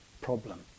problem